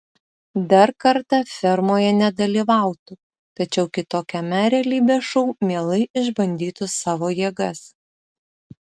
dar kartą fermoje nedalyvautų tačiau kitokiame realybės šou mielai išbandytų savo jėgas